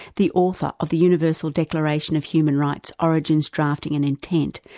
the author of the universal declaration of human rights, origins, drafting, and intent',